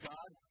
God